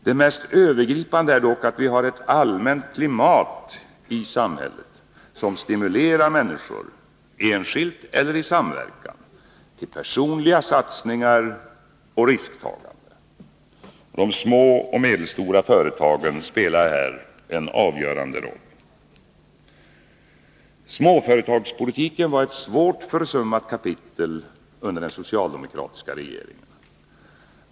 Det mest övergripande är dock att vi har ett allmänt klimat i samhället som stimulerar människor, enskilt eller i samverkan, till personliga satsningar och risktagande. De små och medelstora företagen spelar här en avgörande roll. Småföretagspolitiken var ett svårt försummat kapitel under den socialdemokratiska regeringen.